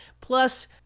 Plus